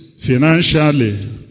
Financially